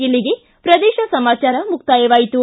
ಇಲ್ಲಿಗೆ ಪ್ರದೇಶ ಸಮಾಚಾರ ಮುಕ್ತಾಯವಾಯಿತು